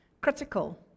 critical